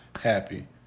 happy